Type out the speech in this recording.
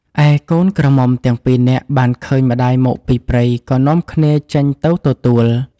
ឯកូនក្រមុំទាំងពីរនាក់ បានឃើញ ម្ដាយមកពីព្រៃក៏នាំគ្នាចេញទៅទទួល។